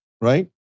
right